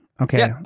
okay